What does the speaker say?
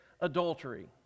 adultery